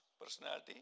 personality